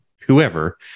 whoever